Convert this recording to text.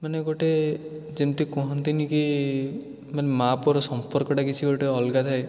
ମାନେ ଗୋଟେ ଯେମିତି କୁହନ୍ତିନି କି ମାନେ ମା' ପୁଅର ସମ୍ପର୍କଟା କିଛି ଗୋଟେ ଅଲଗା ଥାଏ